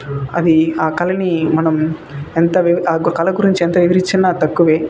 అది ఆ కళని మనం ఎంత ఆ యొక్క కళ గురించి ఎంత వివరించిన తక్కువే